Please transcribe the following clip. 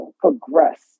progress